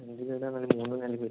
വീടാണ് ഉദ്ദേശിക്കുന്നത്